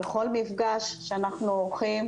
בכל מפגש שאנחנו עורכים,